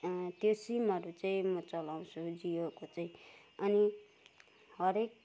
त्यो सिमहरू चाहिँ म चलाउँछु जियोको चाहिँ अनि हरेक